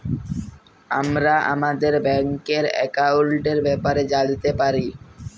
আমরা আমাদের ব্যাংকের একাউলটের ব্যাপারে জালতে পারি